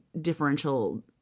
differential